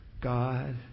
God